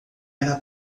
era